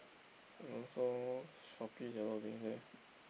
and also Shopee got a lot of things eh